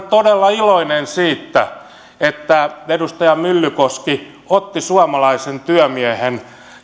todella iloinen siitä että edustaja myllykoski otti suomalaisen työmiehen